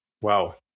Wow